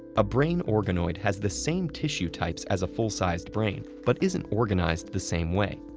a brain organoid has the same tissue types as a full-sized brain, but isn't organized the same way.